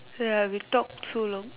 ya we talk too long